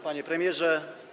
Panie Premierze!